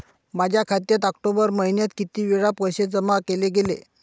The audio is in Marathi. माझ्या खात्यात ऑक्टोबर महिन्यात किती वेळा पैसे जमा केले गेले?